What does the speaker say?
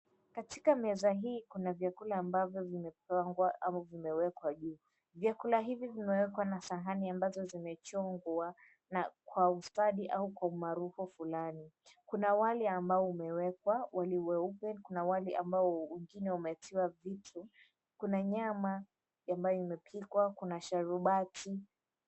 Katika meza hii kuna vyakula ambavyo vimepangwa au vimewekwa juu. Vyakula hivi vimewekwa na sahani ambazo zimechongwa kwa ustadi au kwa umaarufu fulani. Kuna wali ambao umewekwa; wali mweupe, kuna wali ambao mwingine umetiwa vitu, kuna nyama ambayo imepikwa, kuna sharubati.